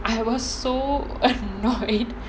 I was so annoyed